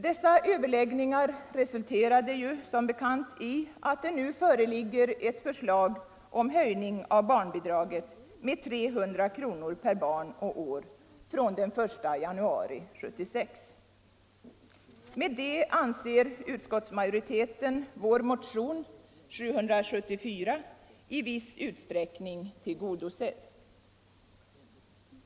Dessa överläggningar resulterade som bekant i att det nu föreligger ett förslag om höjning av barnbidraget med 300 kr. per barn och år från den 1 januari 1976. Med det anser utskottsmajoriteten vår motion nr 774 vara i viss utsträckning tillgodosedd.